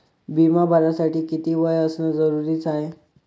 बिमा भरासाठी किती वय असनं जरुरीच हाय?